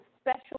special